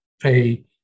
pay